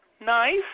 nice